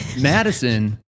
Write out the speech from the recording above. Madison